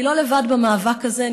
אני לא לבד במאבק הזה,